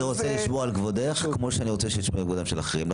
אני רוצה לשמור על כבודך כמו שאני רוצה שישמרו על כבודם של אחרים,